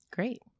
Great